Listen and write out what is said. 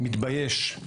אני מתבייש.